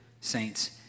saints